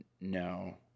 No